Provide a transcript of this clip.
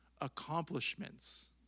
Accomplishments